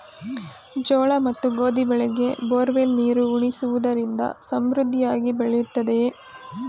ಜೋಳ ಮತ್ತು ಗೋಧಿ ಬೆಳೆಗೆ ಬೋರ್ವೆಲ್ ನೀರು ಉಣಿಸುವುದರಿಂದ ಸಮೃದ್ಧಿಯಾಗಿ ಬೆಳೆಯುತ್ತದೆಯೇ?